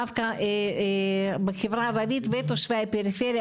דווקא בחברה הערבית ותושבי הפריפריה